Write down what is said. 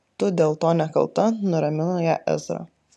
tu dėl to nekalta nuramino ją ezra